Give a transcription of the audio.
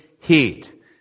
heat